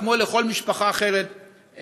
כמו לכל משפחה אחרת,